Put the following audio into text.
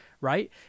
right